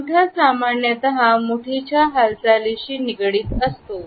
अंगठा सामान्यतः मुठी च्या हालचालीची निगडित असतो